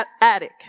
Attic